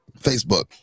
Facebook